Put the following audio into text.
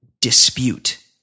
dispute